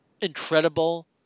incredible